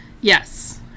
Yes